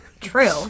True